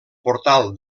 portal